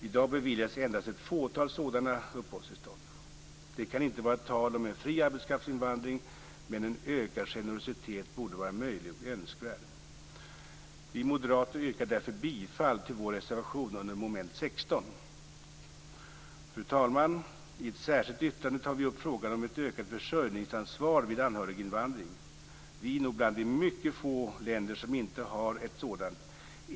I dag beviljas endast ett fåtal sådana uppehållstillstånd. Det kan inte vara tal om en fri arbetskraftinvandring, men en ökad generositet borde vara möjlig och önskevärd. Vi moderater yrkar därför bifall till vår reservation under mom. 16. Fru talman! I ett särskilt yttrande tar vi upp frågan om ett ökat försörjningsansvar vid anhöriginvandring. Sverige hör nog till de mycket få länder som inte har ett sådant.